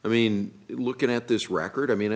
i mean look at this record i mean